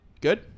Good